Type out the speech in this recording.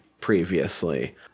previously